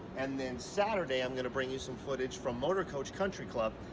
and then saturday, i'm going to bring you some footage from motorcoach country club.